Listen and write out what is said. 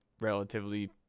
relatively